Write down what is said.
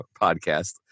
podcast